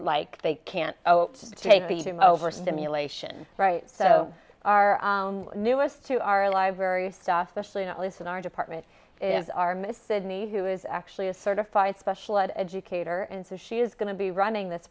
like they can't take the time overstimulation right so our newest to our library stuff specially not least in our department is our midst sidney who is actually a certified special ed educator and so she is going to be running this